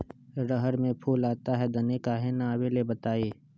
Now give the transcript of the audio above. रहर मे फूल आता हैं दने काहे न आबेले बताई?